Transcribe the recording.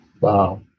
wow